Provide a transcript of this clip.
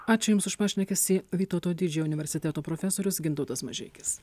ačiū jums už pašnekesį vytauto didžiojo universiteto profesorius gintautas mažeikis